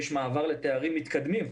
מעבר לתארים מתקדמים.